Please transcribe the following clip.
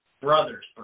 brother's